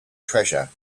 treasure